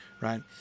right